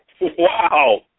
Wow